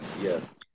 Yes